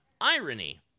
Irony